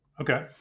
Okay